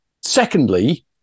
Secondly